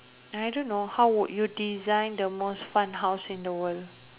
I don't know how would you design the most fun house in the world